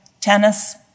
tennis